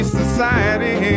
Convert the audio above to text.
society